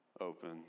open